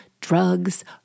drugs